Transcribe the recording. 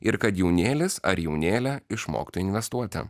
ir kad jaunėlis ar jaunėlė išmoktų investuoti